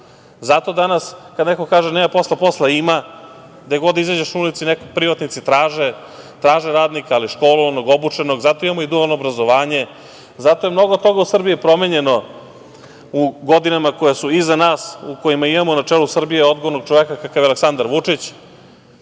Zato danas kada neko kaže – nema posla, posla ima. Gde god da izađeš na ulicu neki privatnici traže radnika, ali školovanog, obučenog. Zato je i dualno obrazovanje, zato je i mnogo toga u Srbiji promenjeno u godinama koje su iza nas, u kojima imamo na čelu Srbije odgovornog čoveka kakav je Aleksandar Vučić. Zato